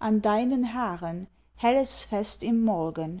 an deinen haaren helles fest im morgen